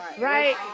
Right